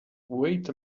wait